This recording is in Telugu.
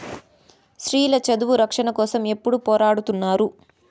స్త్రీల చదువు రక్షణ కోసం ఎప్పుడూ పోరాడుతున్నారు